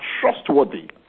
trustworthy